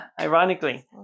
ironically